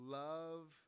love